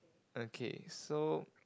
okay so